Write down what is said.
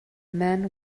man